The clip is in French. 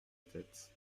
tête